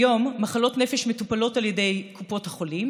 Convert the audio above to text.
כיום מחלות נפש מטופלות על ידי קופות החולים